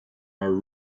our